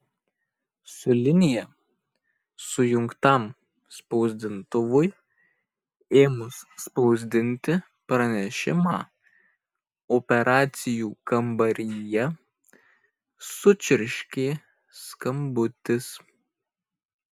su linija sujungtam spausdintuvui ėmus spausdinti pranešimą operacijų kambaryje sučirškė skambutis